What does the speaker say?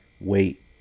wait